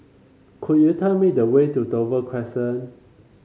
could you tell me the way to Dover Crescent